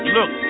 Look